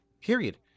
Period